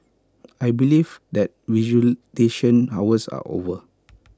I believe that visitation hours are over